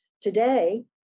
Today